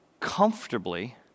comfortably